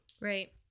Right